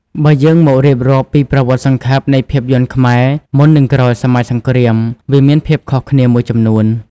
បើយើងមករៀបរាប់ពីប្រវត្តិសង្ខេបនៃភាពយន្តខ្មែរ មុននិងក្រោយសម័យសង្គ្រាម វាមានភាពខុសគ្នាមួយចំនួន។